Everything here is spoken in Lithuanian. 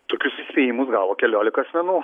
tokius įspėjimus gavo keliolika asmenų